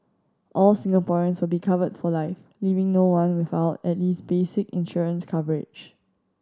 all Singaporeans will be covered for life leaving no one without at least basic insurance coverage